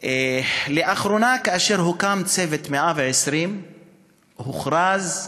לאחרונה הוקם "צוות 120 הימים" והוכרז,